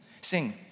Sing